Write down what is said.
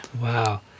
Wow